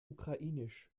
ukrainisch